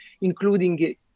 including